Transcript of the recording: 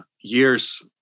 Years